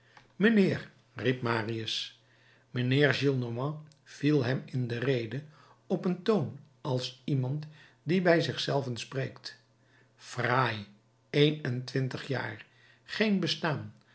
mijnheer riep marius mijnheer gillenormand viel hem in de rede op een toon als iemand die bij zich zelven spreekt fraai een-en-twintig jaar geen bestaan